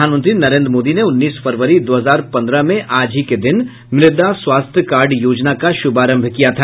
प्रधानमंत्री नरेंद्र मोदी ने उन्नीस फरवरी दो हजार पंद्रह में आज ही के दिन मृदा स्वास्थ्य कार्ड योजना का शुभारंभ किया था